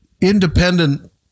independent